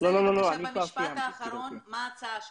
תנסה במשפט שלך להגיד מה ההצעה שלך,